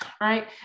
Right